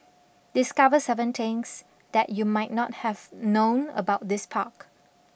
discover seven things that you might not have known about this park